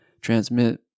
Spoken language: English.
transmit